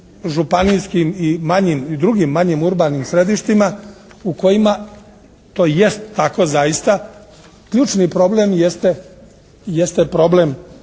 županijskim i drugim manjim urbanim središtima u kojima to jest tako zaista. Ključni problem jeste problem